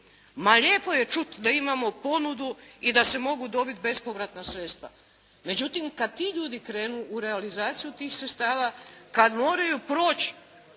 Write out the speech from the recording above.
Ma lijepo je čuti da imamo ponudu i da se mogu dobiti bespovratna sredstva. Međutim, kad ti ljudi krenu u realizaciju tih sredstava, kad moraju proći